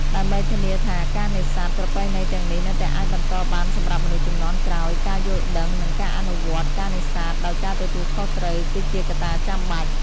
ដើម្បីធានាថាការនេសាទប្រពៃណីទាំងនេះនៅតែអាចបន្តបានសម្រាប់មនុស្សជំនាន់ក្រោយ ការយល់ដឹង និងការអនុវត្តការនេសាទដោយការទទួលខុសត្រូវ គឺជាកត្តាចាំបាច់។